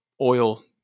oil